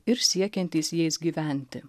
ir siekiantys jais gyventi